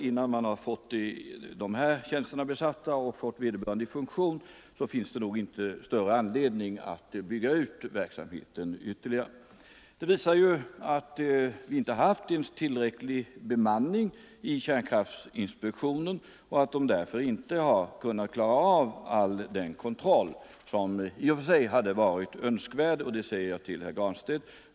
Innan dessa tjänster blivit tillsatta och vederbörande tjänstemän börjat fungera finns det väl inte någon större anledning att bygga ut verksamheten ytterligare. Jag vill till herr Granstedt säga att detta visar att kärnkraftinspektionen inte haft tillräcklig bemanning och inte kunnat utföra all den kontroll som i och för sig hade varit önskvärd.